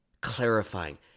clarifying